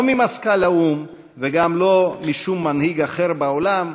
לא ממזכ"ל האו"ם וגם לא משום מנהיג אחר בעולם.